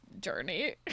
journey